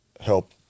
help